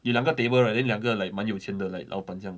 有两个 table right then 两个 like 蛮有钱的 like 老板这样